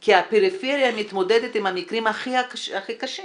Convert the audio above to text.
כי הפריפריה מתמודדת עם המקרים הכי קשים